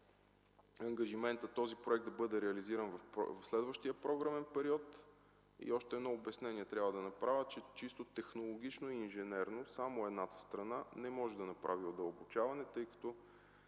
ангажимента този проект да бъде реализиран в следващия програмен период. Трябва да направя и още едно обяснение, че чисто технологично и инженерно само едната страна не може да направи удълбочаване, тъй като